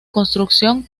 construcción